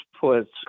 puts